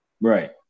right